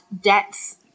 debts